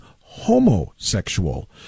homosexual